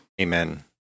Amen